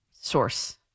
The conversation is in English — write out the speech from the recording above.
source